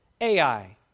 Ai